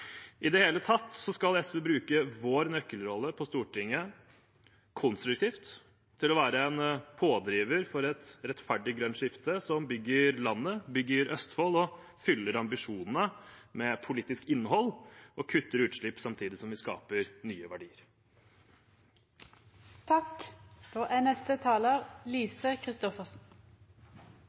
I det hele tatt skal SV bruke vår nøkkelrolle på Stortinget konstruktivt til å være en pådriver for et rettferdig grønt skifte som bygger landet, bygger Østfold og fyller ambisjonene med politisk innhold, og kutter utslipp samtidig som vi skaper nye verdier. Nå er